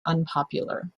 unpopular